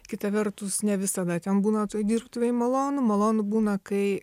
kita vertus ne visada būna toj dirbtuvėj malonu malonu būna kai